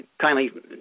kindly